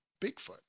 Bigfoot